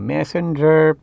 Messenger